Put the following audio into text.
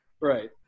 Right